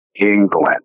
England